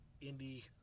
Indy